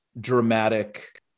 dramatic